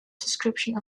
description